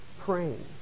praying